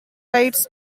writes